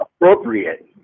Appropriate